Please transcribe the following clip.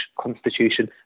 constitution